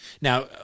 Now